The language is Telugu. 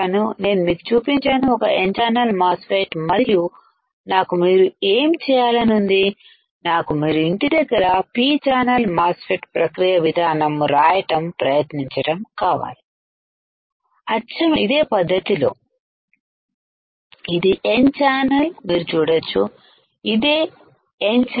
నేను మీకు చూపించాను ఒక N ఛానల్ మాస్ ఫెట్ మరియు నాకు మీరు ఏం చేయాలని ఉంది నాకు మీరు ఇంటి దగ్గర పీ ఛానల్ మాస్ ఫెట్ ప్రక్రియ విధానము రాయటం ప్రయత్నించటం కావాలి అచ్చం ఇదే పద్ధతిలో ఇది N ఛానల్ మీరు చూడొచ్చు ఇదే N ఛానల్